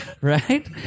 Right